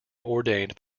ordained